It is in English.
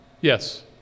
Yes